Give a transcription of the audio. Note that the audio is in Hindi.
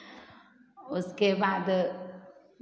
उसके बाद